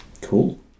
Cool